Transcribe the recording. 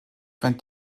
fand